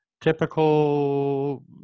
typical